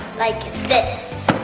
like this.